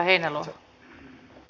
arvoisa puhemies